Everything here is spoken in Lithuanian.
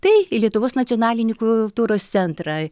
tai į lietuvos nacionalinį kultūros centrą